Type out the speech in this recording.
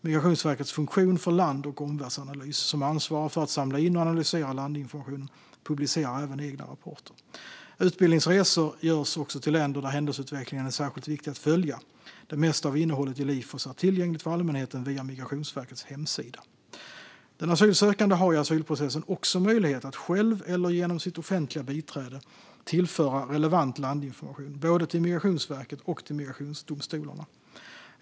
Migrationsverkets funktion för land och omvärldsanalys, som ansvarar för att samla in och analysera landinformationen, publicerar även egna rapporter. Utredningsresor görs också till länder där händelseutvecklingen är särskilt viktig att följa. Det mesta av innehållet i Lifos är tillgängligt för allmänheten via Migrationsverkets hemsida. Den asylsökande har i asylprocessen också möjlighet att själv eller genom sitt offentliga biträde tillföra relevant landinformation, både till Migrationsverket och till migrationsdomstolarna.